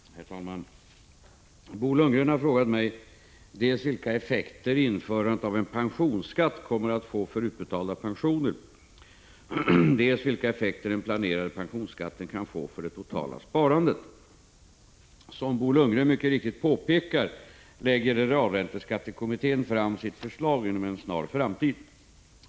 Herr talman! Bo Lundgren har frågat mig dels vilka effekter införandet av en pensionsskatt kommer att få för utbetalda pensioner, dels vilka effekter den planerade pensionsskatten kan få för det totala sparandet. Som Bo Lundgren mycket riktigt påpekar lägger realränteskattekommittén fram sitt förslag inom en snar framtid.